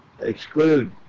exclude